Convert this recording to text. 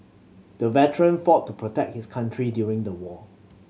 the veteran fought to protect his country during the war